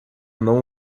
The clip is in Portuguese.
não